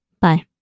Bye